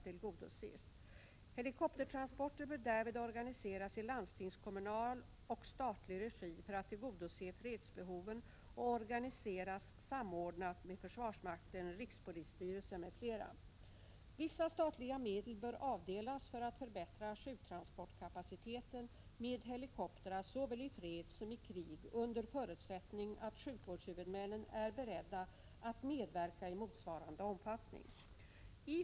tillgodoses. Helikoptertransporter bör därvid organiseras i landstingskommunal och statlig regi för att tillgodose fredsbehoven och organiseras samordnat med försvarsmakten, rikspolisstyrelsen m.fl. Vissa statliga medel bör avdelas för att förbättra sjuktransportkapaciteten med helikoptrar såväl i fred som i krig under förutsättning att sjukvårdshuvudmännen är beredda att medverka i motsvarande omfattning.